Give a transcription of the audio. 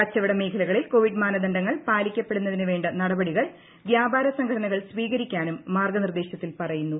കച്ചവട മേഖലകളിൽ കോവിഡ് മാനദണ്ഡങ്ങൾ പാലിക്കപ്പെടുന്നതിനുവേണ്ട നടപടികൾ വ്യാപാരസംഘടനകൾ മാർഗ്ഗ നിർദ്ദേശത്തിൽ പറയുന്നു